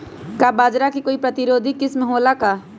का बाजरा के कोई प्रतिरोधी किस्म हो ला का?